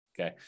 Okay